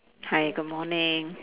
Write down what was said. hi good morning